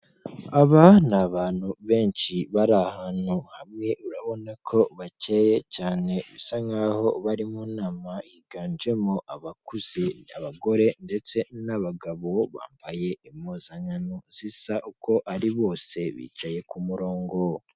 Aba ni abantu benshi bari ahantu hamwe, urabona ko bakeya cyane, bisa nk'aho bari mu nama yiganjemo abakuze, abagore ndetse n'abagabo, bambaye impuzankano zisa, uko ari bose bicaye ku murongo.